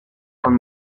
ran